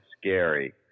scary